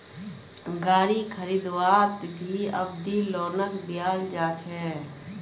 गारी खरीदवात भी अवधि लोनक दियाल जा छे